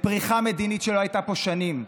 בפריחה מדינית שלא הייתה פה שנים,